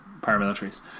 paramilitaries